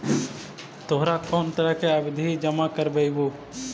तोहरा कौन तरह के आवधि जमा करवइबू